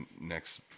next